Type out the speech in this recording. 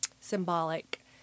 symbolic